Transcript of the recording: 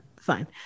fine